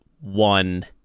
one